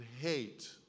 hate